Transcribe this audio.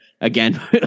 again